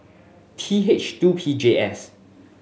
T H two P J S